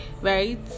right